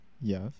Yes